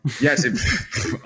Yes